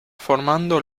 formando